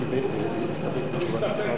מסתפק בתשובת השר.